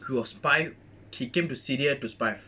he was spy he came to syria to spy